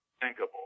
thinkable